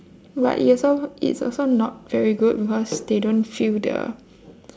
but it also it's also not very good because they don't feel the